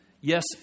Yes